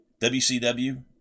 WCW